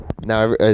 Now